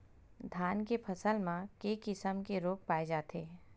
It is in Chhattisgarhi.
धान के फसल म के किसम के रोग पाय जाथे?